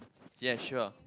yes sure